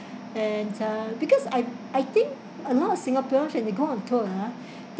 and uh because I I think a lot of singaporeans when they go on tour ah